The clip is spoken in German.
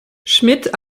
schmidt